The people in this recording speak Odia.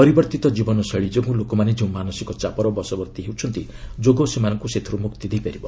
ପରିବର୍ତ୍ତିତ ଜୀବନ ଶୈଳୀ ଯୋଗୁଁ ଲୋକମାନେ ଯେଉଁ ମାନସିକ ଚାପର ବଶବର୍ତ୍ତୀ ହେଉଛନ୍ତି ଯୋଗ ସେମାନଙ୍କୁ ସେଥିରୁ ମୁକ୍ତି ଦେଇପାରିବ